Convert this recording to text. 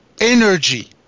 energy